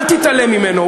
אל תתעלם ממנו.